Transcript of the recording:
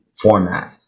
format